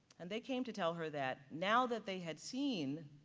and they came to tell her that now that they had seen